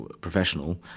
professional